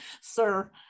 sir